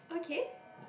yeah